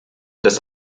des